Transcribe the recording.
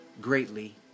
greatly